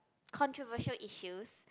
controversial issues